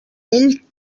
ell